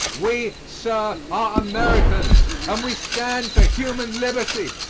we, sir, are americans and we stand for human liberty!